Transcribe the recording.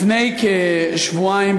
לפני כשבועיים,